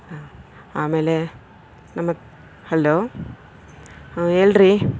ಹಾಂ ಆಮೇಲೆ ನಮ್ಮತ್ತೆ ಹಲೋ ಹಾಂ ಹೇಳ್ರಿ